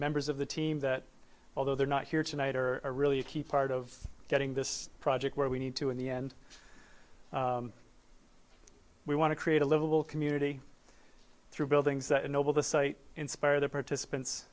members of the team that although they're not here tonight are really a key part of getting this project where we need to in the end we want to create a livable community through buildings that ennobled the site inspire the participants